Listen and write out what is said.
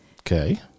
Okay